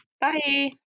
Bye